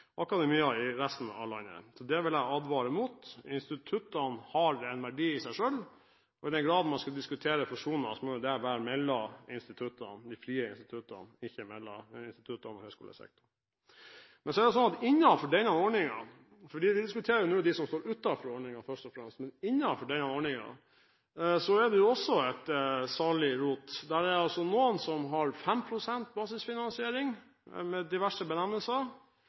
i resten av landet er, vil jeg advare mot det. Instituttene har en verdi i seg selv, og i den grad man skal diskutere fusjoner, må det være mellom de frie instituttene og ikke mellom instituttene og høyskolesektoren. Men så er det sånn at innenfor denne ordningen – for nå diskuterer vi først og fremst dem som står utenfor ordningen – er det også et salig rot. Det er noen som har 5 pst. basisfinansiering, med diverse